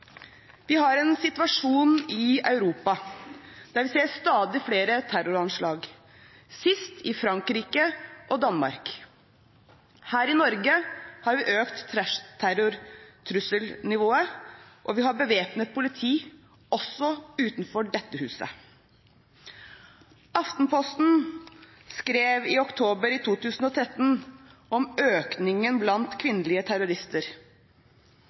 Vi har en situasjon i Europa der vi ser stadig flere terroranslag – sist i Frankrike og Danmark. Her i Norge har vi økt terrortrusselnivået, og vi har bevæpnet politi – også utenfor dette huset. Aftenposten skrev i oktober i 2013 om økningen i antallet kvinnelige terrorister.